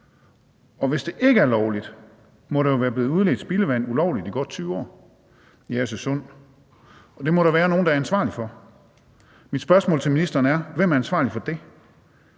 Og hvis det ikke er lovligt, må der jo være blevet udledt spildevand ulovligt i godt 20 år i Agersø Sund, og det må der være nogle der er ansvarlige for. Mit spørgsmål til ministeren er: Hvem er ansvarlig for det?